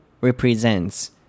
represents